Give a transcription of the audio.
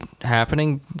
happening